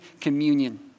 communion